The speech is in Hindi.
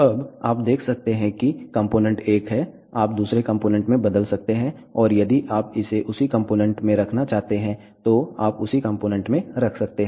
अब आप देख सकते हैं कि कंपोनेंट एक है आप दूसरे कंपोनेंट में बदल सकते हैं और यदि आप इसे उसी कंपोनेंट में रखना चाहते हैं तो आप उसी कंपोनेंट में रख सकते हैं